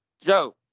Joe